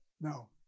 No